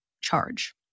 charge